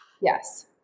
Yes